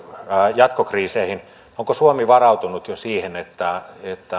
jatkokriiseihin onko suomi varautunut jo siihen että